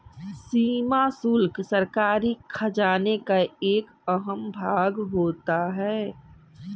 सीमा शुल्क सरकारी खजाने का एक अहम भाग होता है